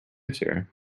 sir